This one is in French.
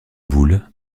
boule